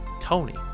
tony